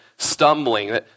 Stumbling